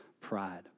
pride